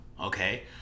Okay